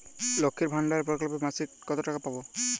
লক্ষ্মীর ভান্ডার প্রকল্পে মাসিক কত টাকা পাব?